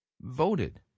voted